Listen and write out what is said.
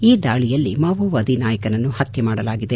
ಈ ದಾಳಿಯಲ್ಲಿ ಮಾವೋವಾದಿ ನಾಯಕನನ್ನು ಪತ್ತು ಮಾಡಲಾಗಿದೆ